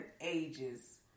ages